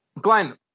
Glenn